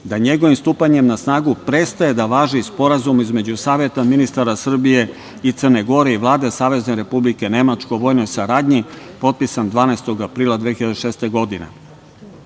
da njegovim stupanjem na snagu prestaje da važi Sporazum između Saveta ministara Srbije i Crne Gore i Vlade Savezne Republike Nemačke o vojnoj saradnji, potpisan 12. aprila 2006.